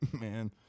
Man